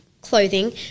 clothing